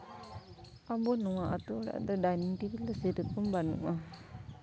ᱟᱵᱚ ᱱᱚᱣᱟ ᱟᱛᱳ ᱚᱲᱟᱜ ᱨᱮᱫᱚ ᱰᱟᱭᱱᱤᱝ ᱴᱮᱵᱤᱞ ᱫᱚ ᱥᱮᱭ ᱨᱚᱠᱚᱢ ᱵᱟᱹᱱᱩᱜᱼᱟ